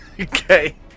Okay